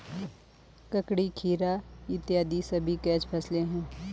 ककड़ी, खीरा इत्यादि सभी कैच फसलें हैं